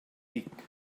tic